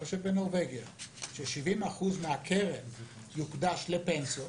כמו בנורבגיה ש-70% מהקרן יוקדש לפנסיות